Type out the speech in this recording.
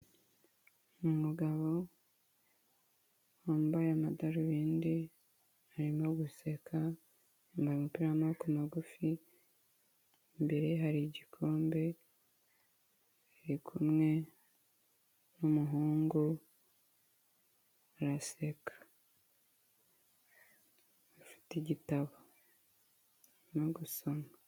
Ni umugabo wambaye amadarubindi ari no guseka, yambaye umupira w'amaboko magufi, imbere ye hari igikombe ari kumwe n'umuhungu araseka. Afite igitabo arimo gusoma.